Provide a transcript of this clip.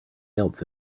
else